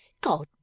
God